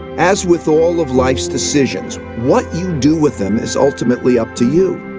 as with all of life's decisions, what you do with them is ultimately up to you.